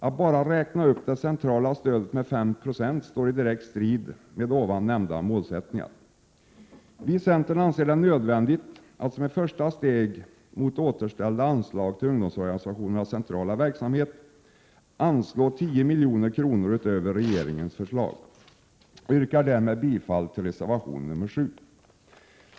Att endast räkna upp det centrala stödet med 5 2 står i direkt strid mot ovan nämnda målsättningar. Vi i centern anser det nödvändigt att som ett första steg mot att återställa anslaget till ungdomsorganisationernas centrala verksamhet anslå 10 milj.kr. utöver regeringens förslag. Jag yrkar därmed bifall till reservation nr 7.